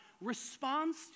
responds